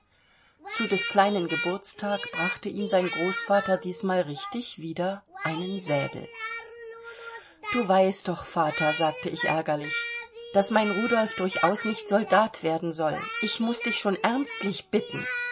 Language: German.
zu des kleinen geburtstag brachte ihm sein großvater diesmal richtig wieder einen säbel du weißt doch vater sagte ich ärgerlich daß mein rudolf durchaus nicht soldat werden soll ich muß dich schon ernstlich bitten